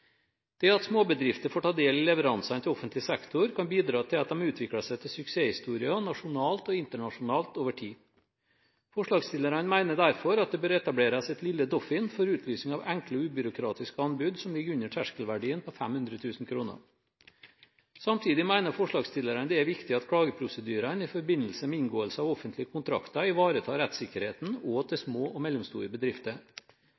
Det at småbedrifter får ta del i leveransene til offentlig sektor, kan bidra til at de utvikler seg til suksesshistorier nasjonalt og internasjonalt over tid. Forslagsstillerne mener derfor at det bør etableres et Lille Doffin for utlysing av enkle og ubyråkratiske anbud som ligger under terskelverdien på 500 000 kr. Samtidig mener forslagsstillerne det er viktig at klageprosedyrene i forbindelse med inngåelse av offentlige kontrakter ivaretar rettssikkerheten også til små og mellomstore bedrifter. De er kritiske til